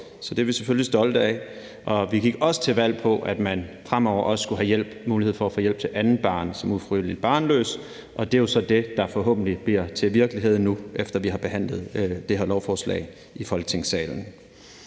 så det er vi selvfølgelig stolte af. Vi gik også til valg på, at man fremover også skulle have mulighed for at få hjælp til andet barn som ufrivilligt barnløs, og det er jo så det, der forhåbentlig bliver til virkelighed nu, efter at vi har behandlet det her lovforslag i Folketingssalen.